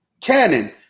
canon